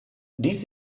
dies